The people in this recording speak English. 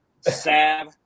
Sab